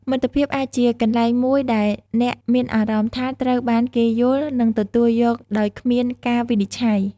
មិត្តភាពអាចជាកន្លែងមួយដែលអ្នកមានអារម្មណ៍ថាត្រូវបានគេយល់ និងទទួលយកដោយគ្មានការវិនិច្ឆ័យ។